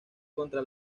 contra